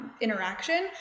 interaction